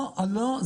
לא,